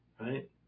right